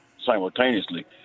simultaneously –